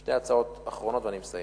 שתי הצעות אחרונות ואני מסיים.